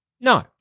No